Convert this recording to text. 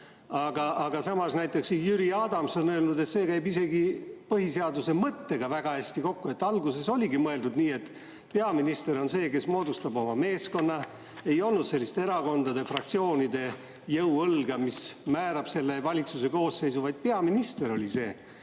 Samas on näiteks Jüri Adams öelnud, et see käib isegi põhiseaduse mõttega väga hästi kokku. Alguses oligi mõeldud nii, et peaminister on see, kes moodustab oma meeskonna. Ei olnud sellist erakondade-fraktsioonide jõuõlga, mis määrab valitsuse koosseisu, vaid peaminister oli see,